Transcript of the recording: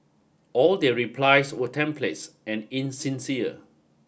all their replies were templates and insincere